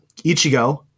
Ichigo